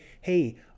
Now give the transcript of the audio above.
hey